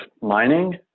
mining